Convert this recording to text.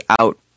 out